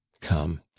come